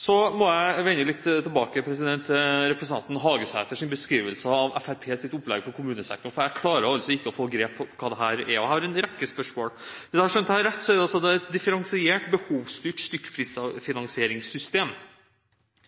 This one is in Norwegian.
Så må jeg vende litt tilbake til representanten Hagesæters beskrivelse av Fremskrittspartiets opplegg for kommunesektoren. Jeg klarer altså ikke å få grep om hva dette er, og jeg har en rekke spørsmål. Hvis jeg har skjønt dette rett, er det et differensiert behovsstyrt stykkprisfinansieringssystem? Det får jeg altså ikke tak i. Er